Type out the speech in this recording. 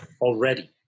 Already